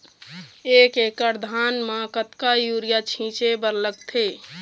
एक एकड़ धान म कतका यूरिया छींचे बर लगथे?